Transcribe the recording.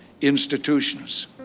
institutions